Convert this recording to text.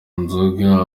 nzoga